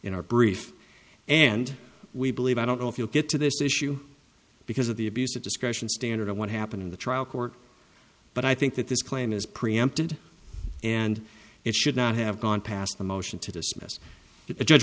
in our brief and we believe i don't know if you'll get to this issue because of the abuse of discretion standard of what happened in the trial court but i think that this claim is preempted and it should not have gone past the motion to